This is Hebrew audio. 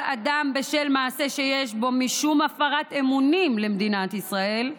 אדם בשל מעשה שיש בו משום הפרת אמונים למדינת ישראל,